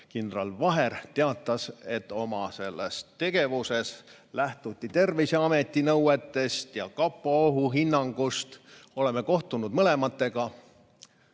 kindral Vaher teatas, et oma tegevuses lähtuti Terviseameti nõuetest ja kapo ohuhinnangust. Oleme kohtunud mõlema